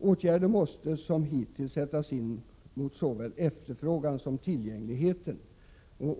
”Åtgärder måste, som hittills, sättas in mot såväl efterfrågan som tillgängligheten.